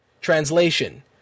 Translation